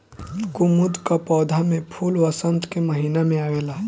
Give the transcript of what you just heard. कुमुद कअ पौधा में फूल वसंत के महिना में आवेला